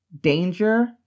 danger